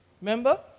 Remember